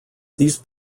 these